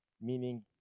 Meaning